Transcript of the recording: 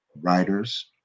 writers